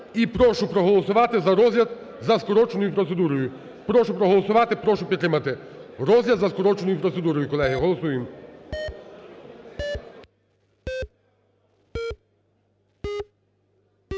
І прошу проголосувати за розгляд за скороченою процедурою. Прошу проголосувати, прошу підтримати розгляд за скороченою процедурою. Колеги, голосуємо.